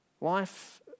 Life